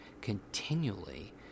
continually